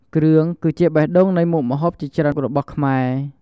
គ្រឿងគឺជាបេះដូងនៃមុខម្ហូបជាច្រើនរបស់ខ្មែរ។